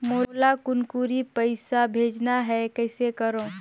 मोला कुनकुरी पइसा भेजना हैं, कइसे करो?